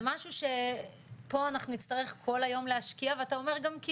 זה משהו שפה אנחנו נצטרך כל היום להשקיע ואתה אומר גם,